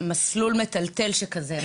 מסלול מטלטל שכזה,